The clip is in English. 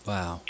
Wow